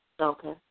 Okay